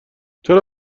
چرا